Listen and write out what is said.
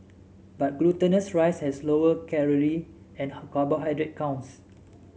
but glutinous rice has lower calorie and carbohydrate counts